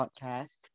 podcast